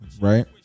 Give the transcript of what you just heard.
right